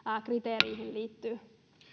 kriteereihin liittyy